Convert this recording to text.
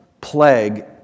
plague